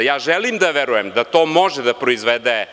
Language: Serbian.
Ja želim da verujem da to može da proizvede